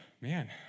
Man